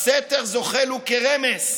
// בסתר זוחל הוא כרמש,